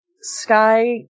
Sky